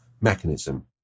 mechanism